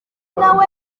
nawe